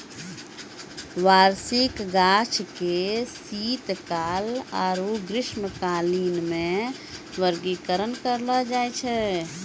वार्षिक गाछ के शीतकाल आरु ग्रीष्मकालीन मे वर्गीकरण करलो जाय छै